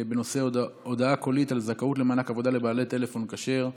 בנושא: הודעה קולית על זכאות למענק עבודה לבעלי טלפון כשר.